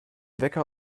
wecker